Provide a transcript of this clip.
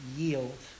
yield